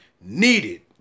needed